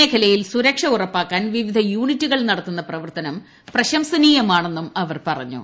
മേഖലയിൽ സുരക്ഷ ഉറപ്പാക്കാൻ വിവിധ യൂണിറ്റുകൾ നടത്തുന്ന പ്രവർത്തനം പ്രശംസനീയമാണെന്നും അവർ പറഞ്ഞു